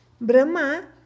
Brahma